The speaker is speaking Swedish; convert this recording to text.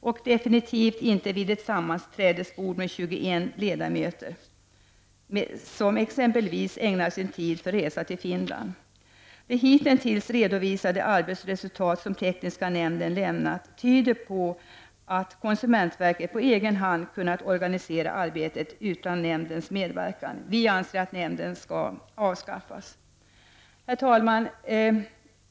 Det sker absolut inte vid sammanträden med 21 ledamöter, vilka exempelvis ägnar sin tid till att resa till Finland. De arbetsresultat som tekniska nämnden hitintills har redovisat tyder på att konsumentverket kunnat organisera arbetet på egen hand, utan nämndens medverkan. Vi anser att nämnden skall avskaffas. Herr talman!